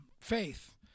faith